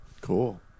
Cool